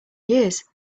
years